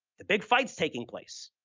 the big fight is taking place,